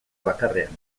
bakarrean